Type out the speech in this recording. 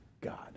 God